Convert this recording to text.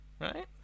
Right